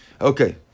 Okay